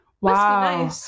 wow